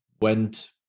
went